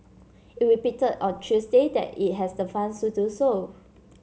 it repeated on Tuesday that it has the funds to do so